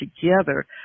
together